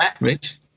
Rich